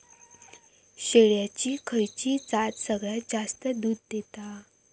शेळ्यांची खयची जात सगळ्यात जास्त दूध देता?